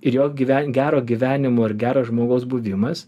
ir jo gyven gero gyvenimo ir gero žmogaus buvimas